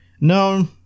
No